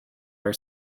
our